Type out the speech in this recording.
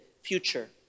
future